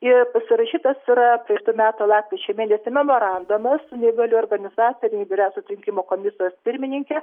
ir pasirašytas yra ir tų metų lapkričio mėnesį memorandomus su neįgalių organizatoriai vyriausios rinkimų komisijos pirmininkė